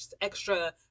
extra